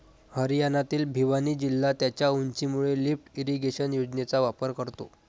हरियाणातील भिवानी जिल्हा त्याच्या उंचीमुळे लिफ्ट इरिगेशन योजनेचा वापर करतो